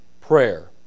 prayer